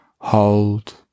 Hold